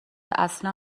اصلا